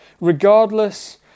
regardless